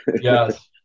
Yes